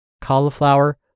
cauliflower